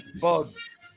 bugs